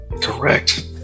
Correct